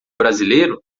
brasileiro